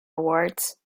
awards